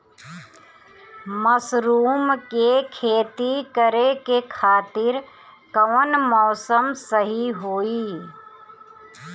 Mushroom के खेती करेके खातिर कवन मौसम सही होई?